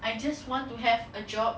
I just want to have a job